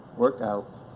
work out,